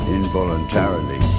involuntarily